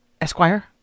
Esquire